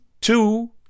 two